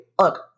look